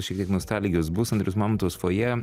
šiek tiek nostalgijos bus andrius mamontovas fojė